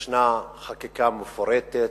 יש חקיקה מפורטת,